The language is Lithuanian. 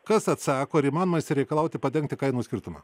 kas atsako ar įmanoma išsireikalauti padengti kainų skirtumą